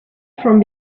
from